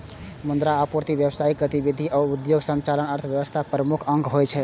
मुद्रा आपूर्ति, व्यावसायिक गतिविधि आ उद्योगक संचालन अर्थव्यवस्थाक प्रमुख अंग होइ छै